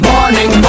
Morning